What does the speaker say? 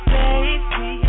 baby